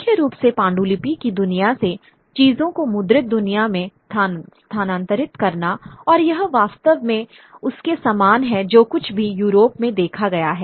मुख्य रूप से पांडुलिपि की दुनिया से चीजों को मुद्रित दुनिया में स्थानांतरित करना और यह वास्तव में उसके समान है जो कुछ भी यूरोप में देखा गया है